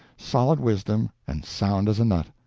solid wisdom, and sound as a nut.